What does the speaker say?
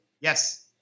Yes